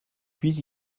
puis